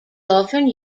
often